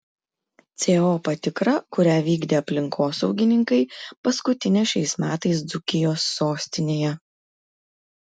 co patikra kurią vykdė aplinkosaugininkai paskutinė šiais metais dzūkijos sostinėje